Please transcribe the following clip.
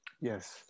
Yes